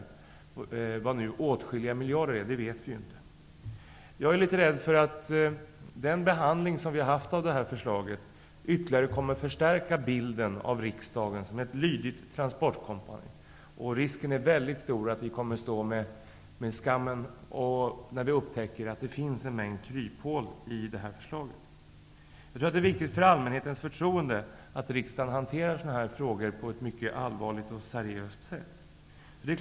Vi vet inte hur många de åtskilliga miljarderna är. Jag är litet rädd för att den behandling som vi har haft av det här förslaget ytterligare kommer att förstärka bilden av riksdagen som ett lydigt transportkompani. Risken är mycket stor att vi kommer att stå med skammen när det upptäcks att det finns en rad kryphål i förslaget. Jag tror att det är viktigt för allmänhetens förtroende att riksdagen hanterar sådana här frågor på ett allvarligt och seriöst sätt.